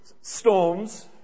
storms